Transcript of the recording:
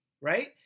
right